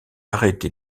arrêtait